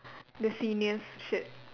the senior's shirt